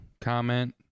comment